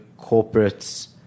Corporates